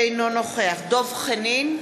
אינו נוכח דב חנין,